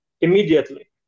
immediately